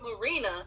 Marina